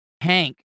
Hank